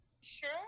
Sure